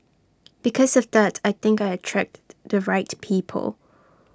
because of that I think I attracted the right people